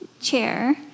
chair